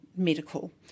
medical